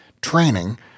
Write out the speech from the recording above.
Training